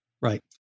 Right